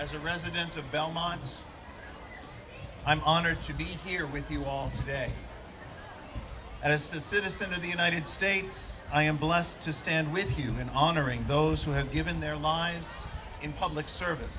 as a resident of belmont i'm honored to be here with you all today and this is a citizen of the united states i am blessed to stand with human honoring those who have given their lives in public service